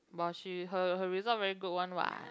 but she her her result very good one what